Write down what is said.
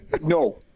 No